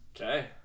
Okay